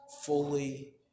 fully